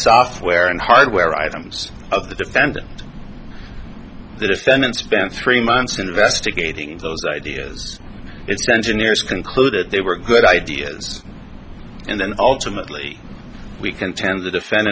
software and hardware items of the defendant the defendant spent three months investigating those ideas its engineers concluded they were good ideas and then ultimately we contend the defend